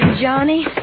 Johnny